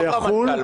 לא רמטכ"ל,